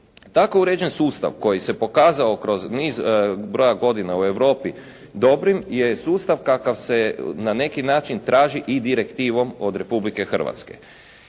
Tako uređen sustav koji se pokazao kroz niz broja godina u Europi dobrim je sustav kakav se na neki način traži i direktivom od Republike Hrvatske.